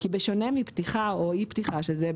כי בשונה מפתיחה או מאי פתיחה של זה,